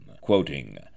Quoting